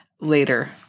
later